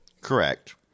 Correct